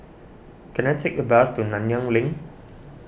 can I take a bus to Nanyang Link